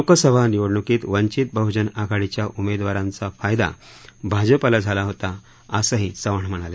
लोकसभा निवडणुकीत वंचीत बहुजन आघाडीच्या उमेदवारांचा फायदा भाजपला झाला होता असंही चव्हाण म्हणाले